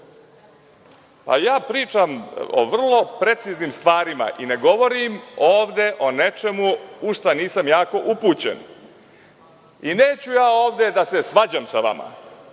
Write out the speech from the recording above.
Pričam o vrlo preciznim stvarima i ne govorim ovde o nečemu u šta nisam jako upućen. Neću da se svađam sa vama,